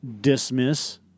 dismiss